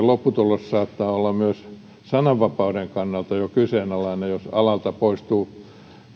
lopputulos saattaa olla myös sananvapauden kannalta jo kyseenalainen jos alalta poistuu